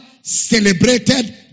celebrated